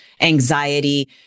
anxiety